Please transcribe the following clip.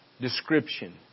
description